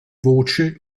voce